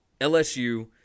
LSU